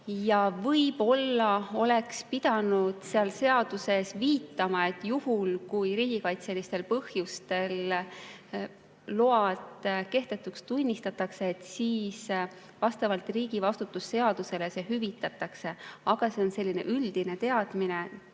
Võib-olla oleks pidanud seal seaduses viitama, et juhul, kui riigikaitselistel põhjustel load kehtetuks tunnistatakse, vastavalt riigivastutuse seadusele see hüvitatakse. Aga see on selline üldine teadmine.